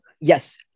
yes